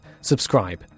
subscribe